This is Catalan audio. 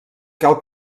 cal